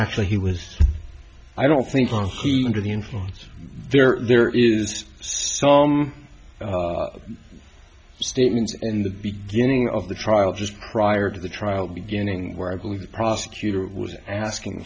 actually he was i don't think he's under the influence there there is some statements in the beginning of the trial just prior to the trial beginning where i believe the prosecutor was asking